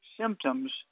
symptoms